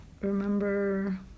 remember